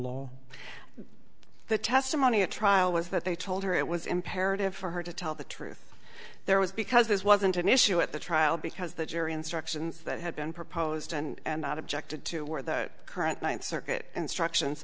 law the testimony at trial was that they told her it was imperative for her to tell the truth there was because this wasn't an issue at the trial because the jury instructions that had been proposed and not objected to were the current ninth circuit instructions